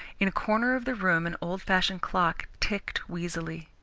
in a corner of the room an old-fashioned clock ticked wheezily.